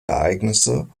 ereignisse